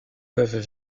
peuvent